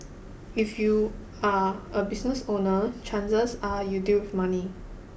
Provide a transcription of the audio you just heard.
if you're a business owner chances are you deal with money